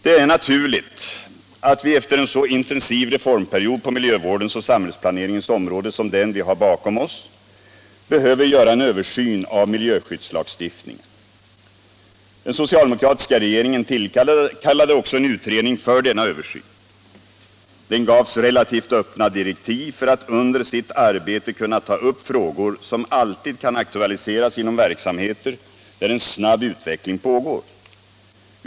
Det är naturligt att vi efter en så intensiv reformperiod på miljövårdens och samhällsplaneringens område som den vi har bakom oss behöver göra en översyn av miljöskyddslagstiftningen. Den socialdemokratiska regeringen tillkallade också en utredning för denna översyn. Den gavs relativt öppna direktiv för att under sitt arbete kunna ta upp frågor som alltid kan aktualiseras inom verksamheter där en snabb utveckling pågår.